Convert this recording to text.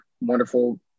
wonderful